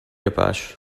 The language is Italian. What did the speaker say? apache